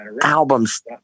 albums